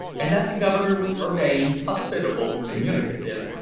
and that the governor was urbane, hospitable, communicative,